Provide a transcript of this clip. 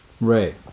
Right